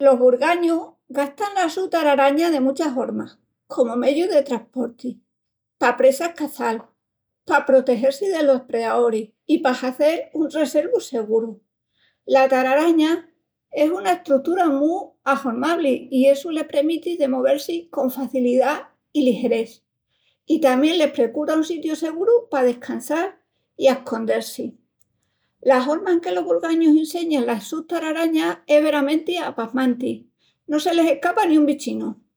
Los burgañus gastan la su tararaña de muchas hormas, comu meyu de trasporti, pa presas caçal, pa protegel-si delos depredaoris i pa hazel un reselvu seguru. La tararaña es una estrutura mu ahormabli i essu les premiti de movel-si con facilidá i ligerés, i tamién les precura un sitiu seguru pa descansal i ascondel-si. La horma enque los burgañus inseñan las sus tararañas es veramenti apasmanti, no se les escapa ni un bichinu.